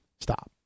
stop